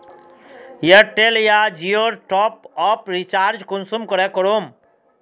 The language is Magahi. एयरटेल या जियोर टॉप आप रिचार्ज कुंसम करे करूम?